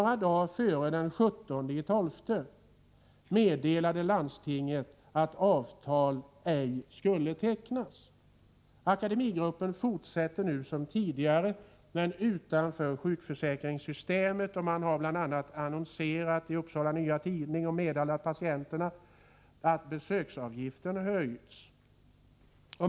Några dagar före den 17 december meddelade landstinget att avtal ej skulle tecknas. Akademigruppen fortsätter nu som tidigare men utanför sjukförsäkringssystemet. Man har bl.a. annonserat i Upsala Nya Tidning och meddelat patienterna att besöksavgifterna har höjts.